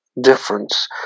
difference